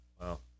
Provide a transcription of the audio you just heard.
Wow